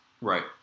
right